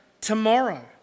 tomorrow